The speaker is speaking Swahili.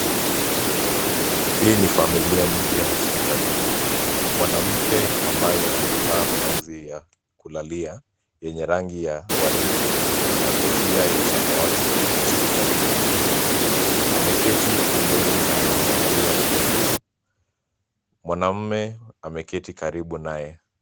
Hii ni familia mpya hospitalini. Mwanamke ambaye amevalia blauzi ya kulalia yenye rangi ya waridi na kofia ya samawati hospitalini. Ameketi pembeni na anamuangalia mtoto. Mwanaume ameketi karibu naye.